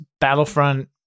Battlefront